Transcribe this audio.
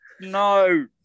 no